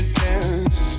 dance